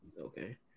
Okay